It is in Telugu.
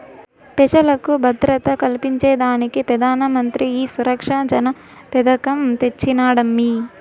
పెజలకు భద్రత కల్పించేదానికే పెదానమంత్రి ఈ సురక్ష జన పెదకం తెచ్చినాడమ్మీ